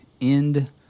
End